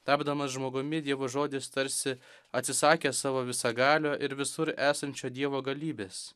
tapdamas žmogumi dievo žodis tarsi atsisakė savo visagalio ir visur esančio dievo galybės